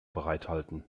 bereithalten